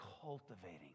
cultivating